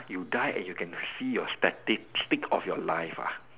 you die and you can see statistic of your life ah